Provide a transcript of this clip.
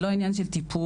זה לא עניין של טיפול.